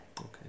okay